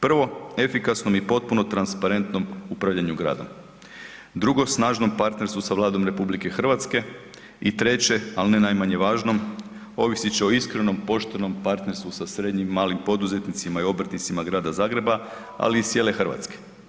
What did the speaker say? Prvo, efikasnom i potpuno transparentnom upravljanju gradom, drugo, snažnom partnerstvu sa Vladom RH i treće, ali ne najmanje važnom, ovisit će o iskrenom poštenom partnerstvu sa srednjim i malim poduzetnicima i obrtnicima grada Zagreba, ali i cijele Hrvatske.